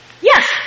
yes